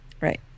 Right